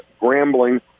Grambling